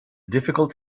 difficult